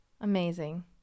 amazing